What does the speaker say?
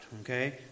okay